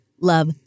love